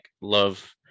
love